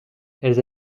elles